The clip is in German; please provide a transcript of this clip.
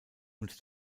und